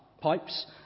pipes